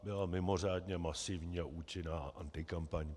Byla mimořádně masivní a účinná antikampaň.